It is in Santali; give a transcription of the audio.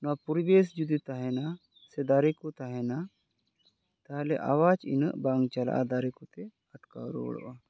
ᱱᱚᱣᱟ ᱯᱚᱨᱤᱵᱮᱥ ᱡᱩᱫᱤ ᱛᱟᱦᱮᱱᱟ ᱥᱮ ᱫᱟᱨᱮ ᱠᱚ ᱛᱟᱦᱮᱱᱟ ᱛᱟᱦᱚᱞᱮ ᱟᱣᱟᱡ ᱩᱱᱟᱹᱜ ᱵᱟᱝ ᱪᱟᱞᱟᱜᱼᱟ ᱫᱟᱨᱮ ᱠᱚᱛᱮ ᱟᱴᱠᱟᱣ ᱨᱩᱣᱟᱹᱲᱚᱜᱼᱟ